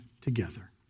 together